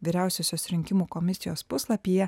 vyriausiosios rinkimų komisijos puslapyje